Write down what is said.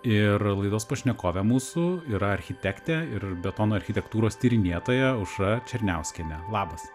ir laidos pašnekovė mūsų yra architektė ir betono architektūros tyrinėtoja aušra černiauskienė labas